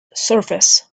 surface